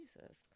Jesus